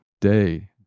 day